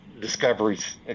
discoveries